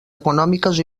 econòmiques